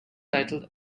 titled